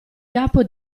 capo